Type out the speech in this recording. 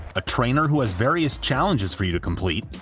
a trainer who has various challenges for you to complete,